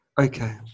Okay